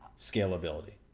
scalability.